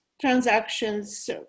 transactions